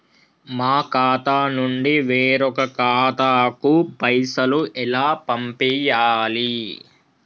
మా ఖాతా నుండి వేరొక ఖాతాకు పైసలు ఎలా పంపియ్యాలి?